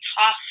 tough